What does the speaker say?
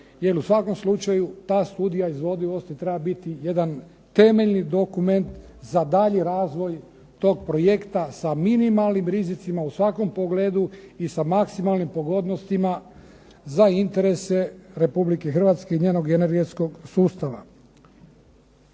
jer u svakom slučaju ta studija izvodivosti treba biti jedan temeljni dokument za daljnji razvoj tog projekta sa minimalnim rizicima u svakom pogledu i sa maksimalnim pogodnostima za interese RH i njenog energetskog sustava.